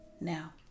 now